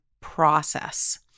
process